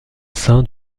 sein